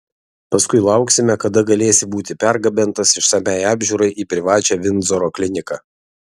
paskui lauksime kada galėsi būti pergabentas išsamiai apžiūrai į privačią vindzoro kliniką